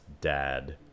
dad